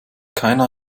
keiner